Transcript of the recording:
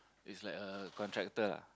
is like a contractor lah